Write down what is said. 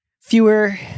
fewer